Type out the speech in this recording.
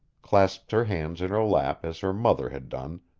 clasped her hands in her lap as her mother had done,